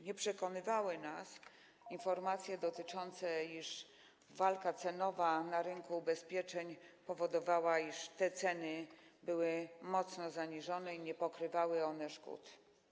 Nie przekonywały nas informacje dotyczące tego, że walka cenowa na rynku ubezpieczeń powodowała, iż te ceny były mocno zaniżone i nie pokrywały one szkód.